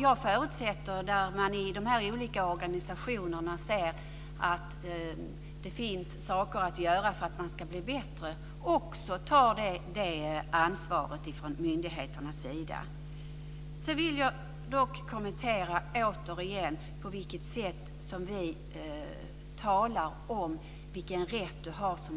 Jag förutsätter att man i de olika organisationerna ser att det finns saker att göra för att bli bättre och att man från myndigheternas sida tar ett sådant ansvar. Jag vill dock återigen kommentera det sätt på vilket vi talar om den